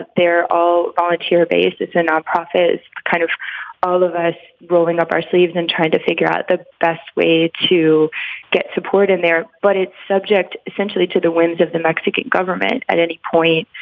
they're all volunteer basis and non-profits, kind of all of us rolling up our sleeves and trying to figure out the best way to get support in there. but it's subject essentially to the whims of the mexican government at any point.